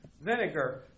Vinegar